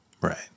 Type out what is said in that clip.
Right